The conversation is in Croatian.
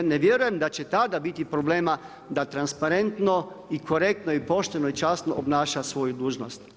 Ja ne vjerujem da će tada biti problema da transparentno i korektno i pošteno i časno obnaša svoju dužnost.